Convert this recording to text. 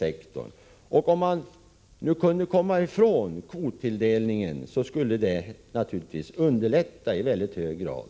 Ett slopande av kvottilldelningen skulle naturligtvis i mycket hög grad underlätta för oss att nå målet.